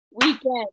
weekend